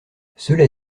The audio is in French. cela